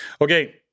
Okay